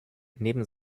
neben